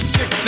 Six